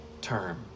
term